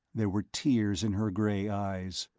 there were tears in her gray eyes.